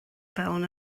fewn